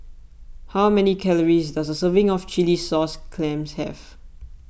how many calories does a serving of Chilli Sauce Clams have